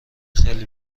خیلی